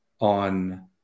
on